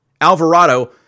Alvarado